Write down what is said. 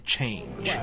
change